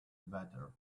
better